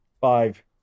Five